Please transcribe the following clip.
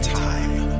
time